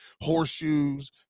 horseshoes